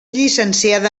llicenciada